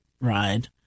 ride